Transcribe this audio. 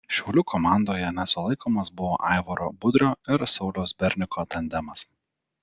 šiaulių komandoje nesulaikomas buvo aivaro budrio ir sauliaus berniko tandemas